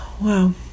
Wow